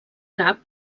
cap